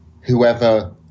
whoever